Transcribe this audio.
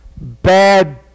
bad